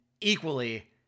equally